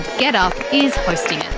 getup is hosting